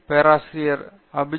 பேராசிரியர் அபிஜித் பி